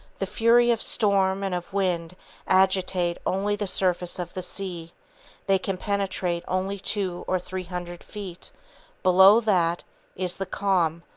the fury of storm and of wind agitate only the surface of the sea they can penetrate only two or three hundred feet below that is the calm,